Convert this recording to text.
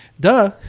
duh